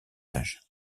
âge